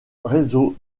réseau